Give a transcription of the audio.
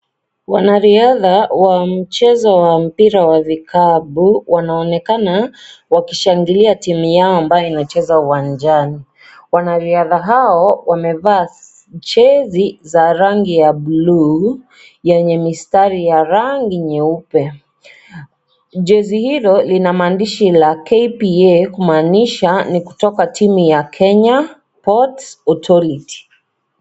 Wanariadha wa mchezo wa mpira wa vikapu wanaonenakana wakishangilia timu yao ambayo inacheza uwanjani. Wanariadha hao wamevaa jezi za rangi ya blue yenye mistari ya rangi nyeupe. Jezi hilo lina maandishi la KPA kumaanisha ni kutoka timu ya Kenya Port Authority .